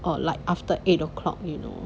or like after eight o'clock you know